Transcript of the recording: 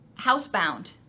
housebound